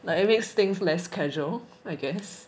like it makes things less casual I guess